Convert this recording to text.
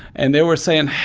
and they were saying,